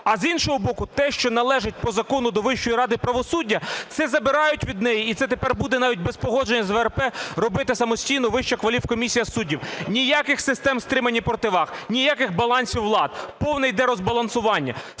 а, з іншого боку, те, що належить по закону до Вищої ради правосуддя, це забирають від неї і це тепер буде навіть без погодження з ВРП робити самостійну Вищу кваліфкомісію суддів. Ніяких систем стримувань і противаг, ніяких балансів влад, повне йде розбалансування.